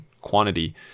quantity